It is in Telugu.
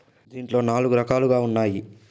దీంట్లో నాలుగు రకాలుగా ఉన్నాయి